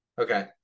Okay